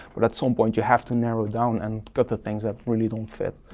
but at some point you have to narrow down and cut the things that really don't fit.